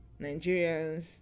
Nigerians